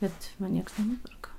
bet va nieks nenuperka